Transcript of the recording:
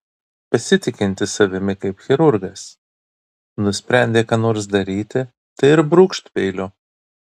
pasitikintis savimi kaip chirurgas nusprendė ką nors daryti tai ir brūkšt peiliu